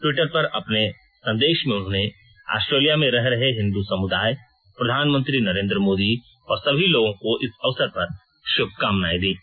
Twitter पर अपने संदेश में उन्होंने ऑस्ट्रेलिया में रह रहे हिंदू समुदाय प्रधानमंत्री नरेन्द्र मोदी और सभी लोगों को इस अवसर पर श्भकामनाएं दीं